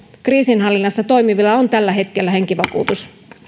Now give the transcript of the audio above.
kriisinhallinnassa toimivilla on tällä hetkellä henkivakuutus